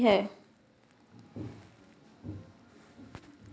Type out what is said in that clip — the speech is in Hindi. मुझे मेरी चेक बुक डाक के माध्यम से मिल चुकी है